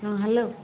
ହଁ ହ୍ୟାଲୋ